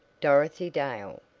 dorothy dale